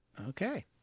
Okay